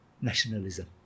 nationalism